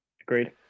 Agreed